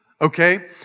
Okay